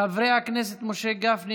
חברי הכנסת משה גפני,